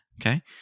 okay